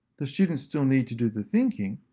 the students still need to do the thinking,